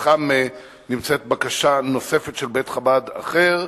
שלפתחם נמצאת גם בקשה נוספת, של בית-חב"ד אחר,